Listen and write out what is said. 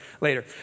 later